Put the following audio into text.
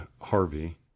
harvey